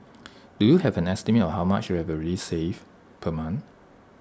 do you have an estimate of how much you're already saving per month